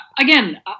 again